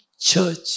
Church